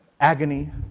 agony